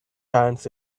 pants